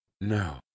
No